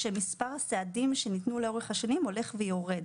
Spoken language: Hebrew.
שמספר הסעדים שניתנו לאורך השנים הולך ויורד.